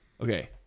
Okay